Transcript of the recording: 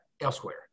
elsewhere